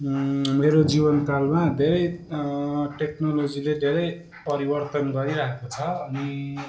मेरो जीवनकालमा धेरै टेक्नोलोजीले धेरै परिवर्तन गरिरहेको छ अनि अब